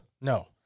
No